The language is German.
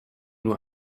nur